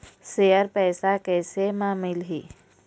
Share पैसा कैसे म मिलही?